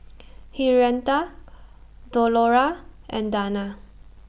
Henrietta Delora and Dana